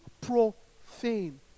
profane